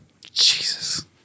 Jesus